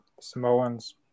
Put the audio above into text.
Samoans